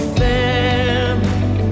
family